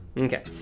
Okay